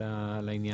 לעניין הזה.